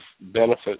benefits